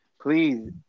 please